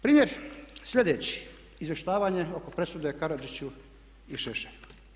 Primjer sljedeći, izvještavanje oko presude Karadžiću i Šešelju.